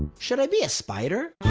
should i be a spider?